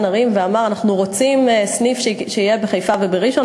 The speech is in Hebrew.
ערים ואמר: אנחנו רוצים שיהיה סניף בחיפה או בראשון.